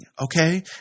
okay